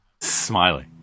Smiley